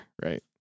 Right